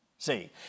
See